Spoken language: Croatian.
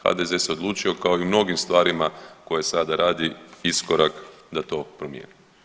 HDZ se odlučio kao i u mnogim stvarima koje sada radi iskorak da to promijeni.